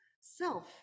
self